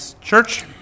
Church